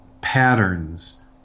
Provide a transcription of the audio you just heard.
patterns